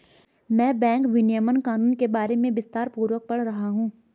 मैं बैंक विनियमन कानून के बारे में विस्तारपूर्वक पढ़ रहा हूं